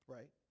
Right